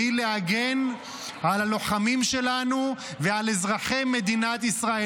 -- והיא להגן על הלוחמים שלנו ועל אזרחי מדינת ישראל.